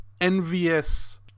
envious